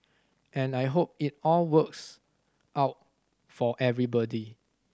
and I hope it all works out for everybody